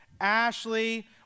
Ashley